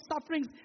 sufferings